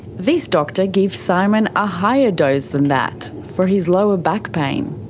this doctor gives simon a higher dose than that for his lower back pain.